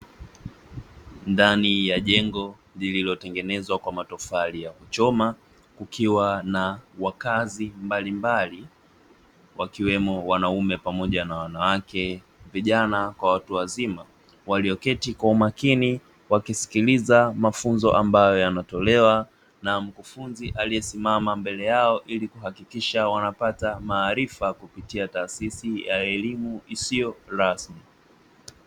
Ndani ya jengo lililotengenezwa kwa matofali ya kuchoma, kukiwa na wakazi mbalimbali, wakiwemo wanaume pamoja na wanawake, vijana kwa watu wazima, walioketi kwa umakini wakisikiliza mafunzo ambayo yanatolewa na mkufunzi aliyesimama mbele yao, ili kuhakikisha wanapata maarifa kupitia taasisi ya elimu isiyo rasmi.